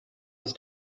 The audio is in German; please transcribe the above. ist